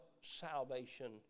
salvation